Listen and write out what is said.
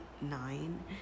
nine